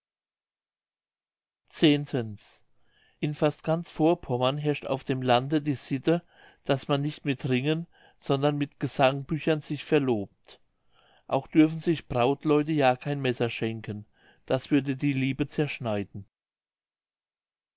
in fast ganz vorpommern herrscht auf dem lande die sitte daß man nicht mit ringen sondern mit gesangbüchern sich verlobt auch dürfen sich brautleute ja kein messer schenken das würde die liebe zerschneiden